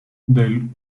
del